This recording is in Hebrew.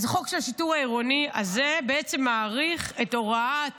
החוק הזה של השיטור העירוני בעצם מאריך את ההוראה הזמנית,